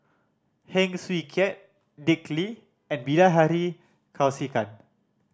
Heng Swee Keat Dick Lee and Bilahari Kausikan